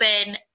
open